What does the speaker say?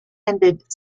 attended